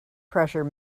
pressure